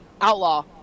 Outlaw